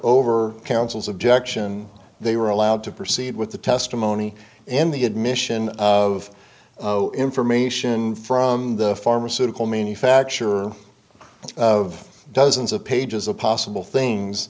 over counsel's objection they were allowed to proceed with the testimony in the admission of information from the pharmaceutical manufacture of dozens of pages of possible things